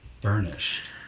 Burnished